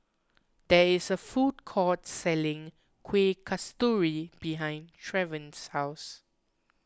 there is a food court selling Kuih Kasturi behind Trayvon's house